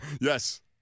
Yes